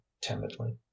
timidly